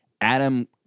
Adam